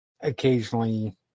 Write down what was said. occasionally